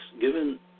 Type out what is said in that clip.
given